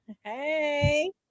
Hey